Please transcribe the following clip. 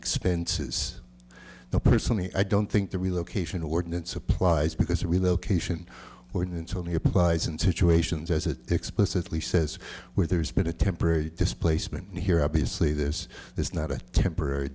expenses now personally i don't think the relocation ordinance applies because the relocation ordinance only applies in situations as it explicitly says where there's been a temporary displacement here obviously this is not a temporary